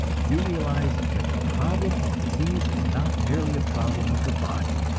you realize that the problem of disease is not merely a problem of the body,